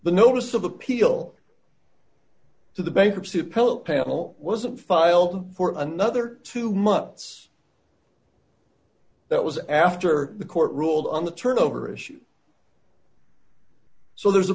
the notice of appeal to the bankruptcy appellate panel wasn't filed for another two months that was after the court ruled on the turnover issue so there's a